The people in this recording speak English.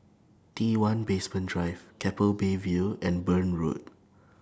T one Basement Drive Keppel Bay View and Burn Road